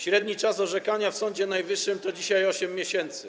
Średni czas orzekania w Sądzie Najwyższym to dzisiaj 8 miesięcy.